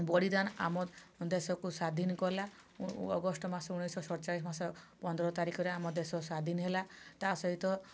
ବଳିଦାନ ଆମ ଦେଶକୁ ସ୍ୱାଧୀନ କଲା ଅଗଷ୍ଟ ମାସ ଉଣେଇଶ ଶତଚାଳିଶ ମସିହାରେ ପନ୍ଦର ତାରିଖରେ ଆମ ଦେଶ ସ୍ୱାଧୀନ ହେଲା ତା ସହିତ